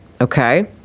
Okay